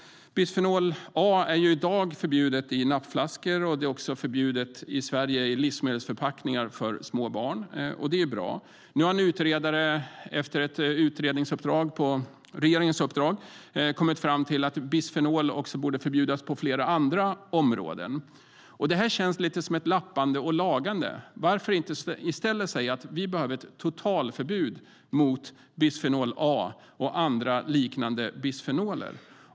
Bisfenol A är i dag förbjudet i nappflaskor och i Sverige i livsmedelsförpackningar för små barn. Det är bra. Nu har en utredare, på ett utredningsuppdrag från regeringen, kommit fram till att bisfenol också borde förbjudas på flera andra områden. Det känns som ett lappande och lagande. Varför inte i stället säga att vi behöver ett totalförbud mot bisfenol A och andra liknande bisfenoler?